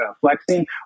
flexing